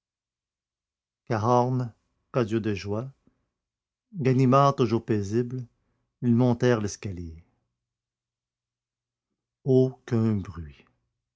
cahorn radieux de joie ganimard toujours paisible ils montèrent l'escalier aucun bruit